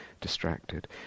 distracted